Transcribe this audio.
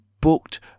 booked